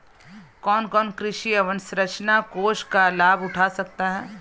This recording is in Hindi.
कौन कौन कृषि अवसरंचना कोष का लाभ उठा सकता है?